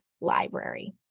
library